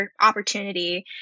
opportunity